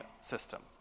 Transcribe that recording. system